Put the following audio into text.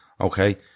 Okay